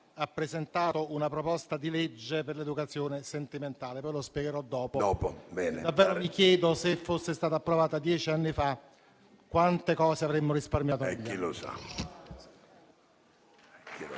ha presentato una proposta di legge per l'educazione sentimentale. Davvero mi chiedo se fosse stata approvata dieci anni fa, quante cose avremmo risparmiato.